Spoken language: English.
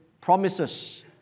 promises